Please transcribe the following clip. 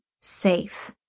safe